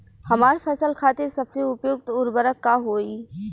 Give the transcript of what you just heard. हमार फसल खातिर सबसे उपयुक्त उर्वरक का होई?